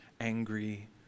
angry